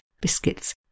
biscuits